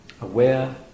aware